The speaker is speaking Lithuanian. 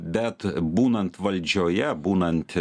bet būnant valdžioje būnant